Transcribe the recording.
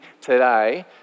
today